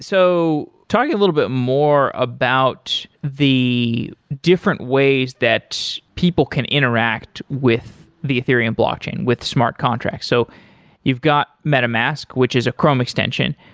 so talking a little bit more about the different ways that people can interact with the ethereum blockchain, with smart contracts. so you've got metamask, which is a chrome extension.